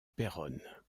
péronne